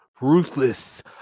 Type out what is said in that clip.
ruthless